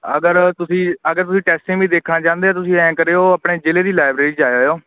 ਅਗਰ ਤੁਸੀਂ ਅਗਰ ਤੁਸੀਂ ਟੈਸਟਿੰਗ ਵੀ ਦੇਖਣਾ ਚਾਹੁੰਦੇ ਹੋ ਤੁਸੀਂ ਐਂ ਕਰਿਓ ਆਪਣੇ ਜਿਲ੍ਹੇ ਦੀ ਲਾਇਬਰੇਰੀ 'ਚ ਜਾ ਆਇਓ